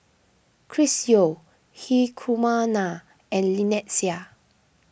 Chris Yeo Hri Kumar Nair and Lynnette Seah